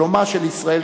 שלומה של ישראל,